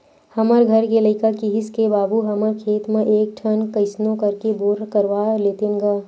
हमर घर के लइका किहिस के बाबू हमर खेत म एक ठन कइसनो करके बोर करवा लेतेन गा